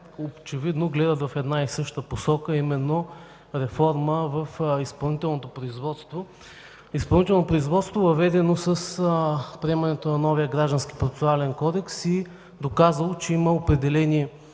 очевидно гледат в една и съща посока, а именно реформа в изпълнителното производство – изпълнително производство, въведено с приемането на новия Граждански процесуален кодекс и доказало, че има определени